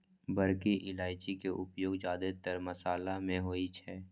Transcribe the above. बड़की इलायची के उपयोग जादेतर मशाला मे होइ छै